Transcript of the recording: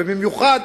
ובמיוחד